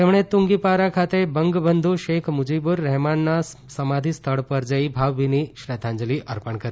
તેમણે તુંગીપારા ખાતે બંગબંધુ શેખ મુજીબુર રહમાનના સમાધિ સ્થળ પર જઈ ભાવભીની શ્રદ્ધાંજલિ અર્પણ કરી